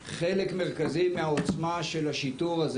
כל הנושא של יחידות השיטור העירוני.